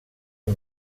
més